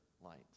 light